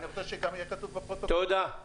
אני רוצה שיהיה גם כתוב בפרוטוקול שוועדת